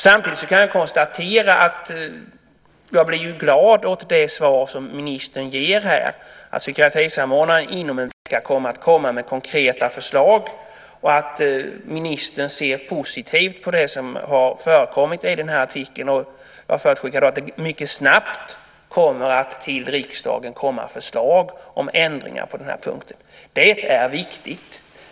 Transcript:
Samtidigt kan jag konstatera att jag blir glad åt det svar som ministern ger om att psykiatrisamordnaren kommer att komma med konkreta förslag inom en vecka och att ministern ser positivt på det som har förekommit i artikeln. Jag förutsätter att det mycket snabbt kommer förslag till riksdagen om ändringar på den punkten. Det är viktigt.